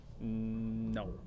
No